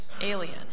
alien